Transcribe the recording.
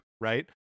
right